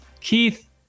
Keith